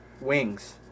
Wings